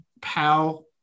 pal